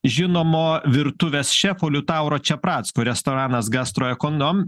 žinomo virtuvės šefo liutauro čepracko restoranas gastro ekonom